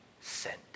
sent